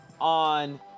on